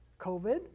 COVID